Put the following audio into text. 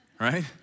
Right